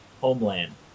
homeland